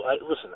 Listen